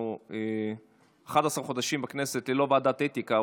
אנחנו 11 חודשים בכנסת ללא ועדת אתיקה.